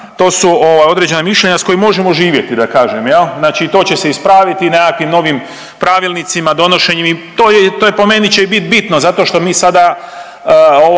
to su određena mišljenja s kojima možemo živjeti, da kažem, je li? Znači to će se ispraviti nekakvim novim pravilnicima, donošenjem i to je, to po meni će i bit bitno zato što mi sada